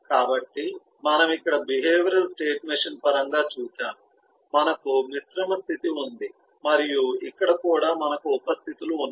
కాబట్టి మనం ఇక్కడ బిహేవియరల్ స్టేట్ మెషీన్ పరంగా చూశాము మనకు మిశ్రమ స్థితి ఉంది మరియు ఇక్కడ కూడా మనకు ఉప స్థితి లు ఉన్నాయి